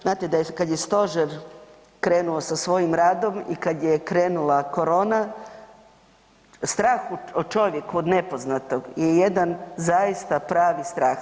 Znate da je, kad je stožer krenuo sa svojim radom i kad je krenula korona, strah u čovjeku od nepoznatog je jedan zaista pravi strah.